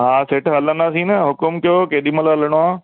हा सेठ हलंदासीं न हुकुमु कयो केॾीमहिल हलणो आहे